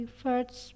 first